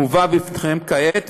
מובא בפניכם כעת,